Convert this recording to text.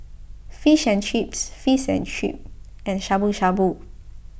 Fish and Chips Fish and Chip and Shabu Shabu